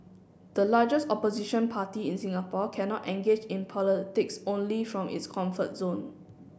the largest opposition party in Singapore cannot engage in politics only from its comfort zone